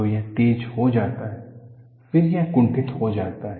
तो यह तेज हो जाता है फिर यह कुंठित हो जाता है